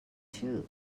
too